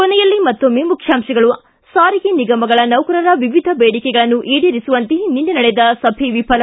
ಕೊನೆಯಲ್ಲಿ ಮತ್ತೊಮ್ಮೆ ಮುಖ್ಯಾಂಶಗಳು ಿ ಸಾರಿಗೆ ನಿಗಮಗಳ ನೌಕರರ ವಿವಿಧ ಬೇಡಿಕೆಗಳನ್ನು ಈಡೆರಿಸುವಂತೆ ನಿನ್ನೆ ನಡೆದ ಸಭೆ ವಿಫಲ